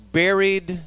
buried